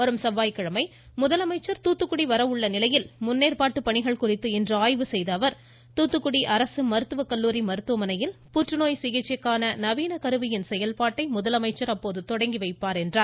வரும் செவ்வாய்கிழமை முதலமைச்சர் தூத்துக்குடி வர உள்ள நிலையில் முன்னேற்பாட்டு பணிகள் குறித்து இன்று ஆய்வு செய்த அவர் தூத்துக்குடி அரசு மருத்துவக் கல்லூரி மருத்துவமனையில் புற்றுநோய் சிகிச்சைக்கான நவீன கருவியின் செயல்பாட்டை முதலமைச்சர் தொடங்கி வைப்பார் எனக் கூறினார்